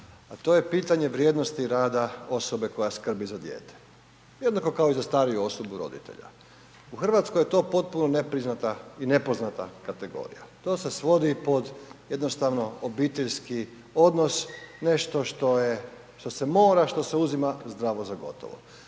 a to je pitanje vrijednosti rada osobe koja skrbi za dijete, jednako kao i za stariju osobu roditelja. U RH je to potpuno nepriznata i nepoznata kategorija. To se svodi pod jednostavno obiteljski odnos, nešto što je, što se mora, što se uzima zdravo za gotovo.